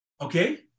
okay